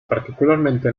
particularmente